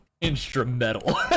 Instrumental